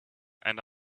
and